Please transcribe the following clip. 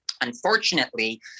Unfortunately